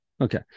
okay